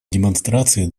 демонстрации